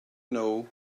know